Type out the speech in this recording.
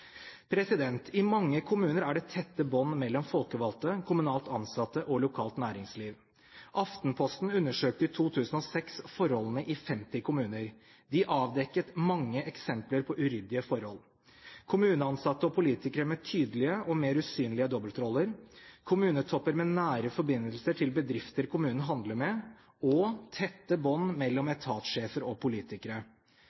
I mange kommuner er det tette bånd mellom folkevalgte, kommunalt ansatte og lokalt næringsliv. Aftenposten undersøkte i 2006 forholdene i 50 kommuner. De avdekket mange eksempler på uryddige forhold: kommuneansatte og politikere med tydelige og mer usynlige dobbeltroller, kommunetopper med nære forbindelser til bedrifter kommunen handler med, og tette bånd mellom